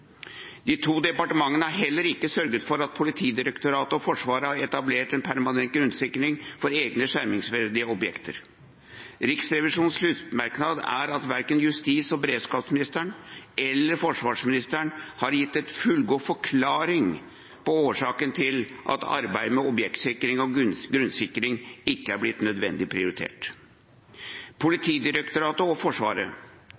De to departementene har heller ikke sørget for at Politidirektoratet og Forsvaret har etablert en permanent grunnsikring for egne skjermingsverdige objekter. Riksrevisjonens sluttmerknad er at verken justis- og beredskapsministeren eller forsvarsministeren har gitt en fullgod forklaring på hvorfor arbeidet med objektsikring og grunnsikring ikke er gitt nødvendig